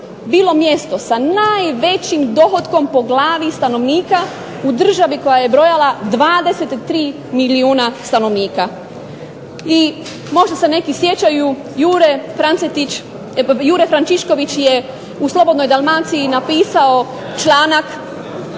bilo mjesto sa najvećim dohotkom po glavi stanovnika u državi koja je brojala 23 milijuna stanovnika. I možda se neki sjećaju Jure Francetić, Jure Franćišković je u Slobodnoj Dalmaciji napisao članak